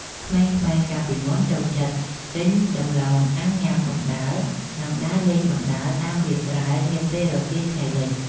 ក្មេងៗកាលពីមុនចូលចិត្តទិញដំឡូងអាំងញ៉ាំបណ្តើរនិងដើរលេងបណ្តើរតាមវាលស្រែនាពេលរសៀលថ្ងៃលិច។